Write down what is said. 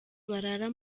barara